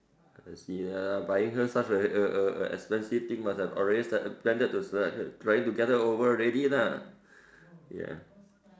I see ah buying her such a a a a expensive thing must have already sel~ planned to select her trying to get her over already lah